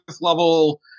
level